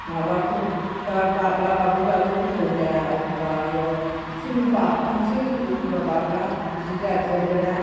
माबाफोर बाबला बाबलि बाबो गोथाव जाया एखमबा एवसोना बाबफ्लांसै एखमबा बाबला बिदि जानोसै आमफ्राय दाना